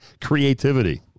creativity